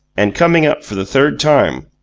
and coming up for the third time.